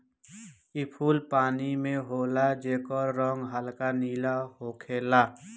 इ फूल पानी में होला जेकर रंग हल्का नीला होखेला